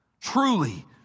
Truly